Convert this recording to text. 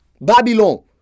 Babylon